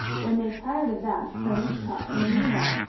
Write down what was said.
when they tired of that ernest taught him a new one.